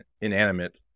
inanimate